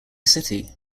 city